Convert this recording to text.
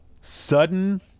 sudden